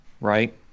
right